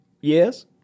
Yes